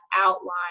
outline